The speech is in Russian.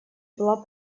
была